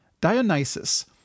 Dionysus